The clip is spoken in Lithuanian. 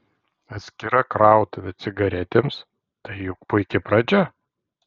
atskira krautuvė cigaretėms tai juk puiki pradžia